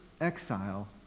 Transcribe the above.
exile